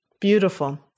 Beautiful